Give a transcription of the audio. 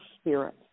spirit